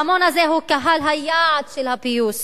ההמון הזה הוא קהל היעד של הפיוס,